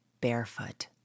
barefoot